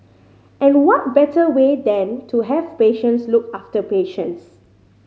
and what better way than to have patients look after patients